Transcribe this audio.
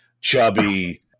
chubby